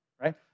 right